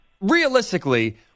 realistically